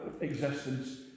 existence